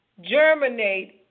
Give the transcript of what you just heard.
germinate